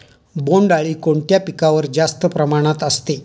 बोंडअळी कोणत्या पिकावर जास्त प्रमाणात असते?